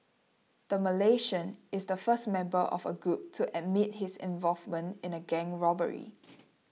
the Malaysian is the first member of a group to admit his involvement in a gang robbery